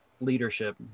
leadership